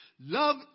Love